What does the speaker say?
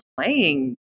playing